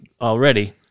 already